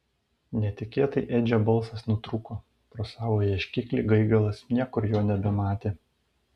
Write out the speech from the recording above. netikėtai edžio balsas nutrūko pro savo ieškiklį gaigalas niekur jo nebematė